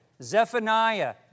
zephaniah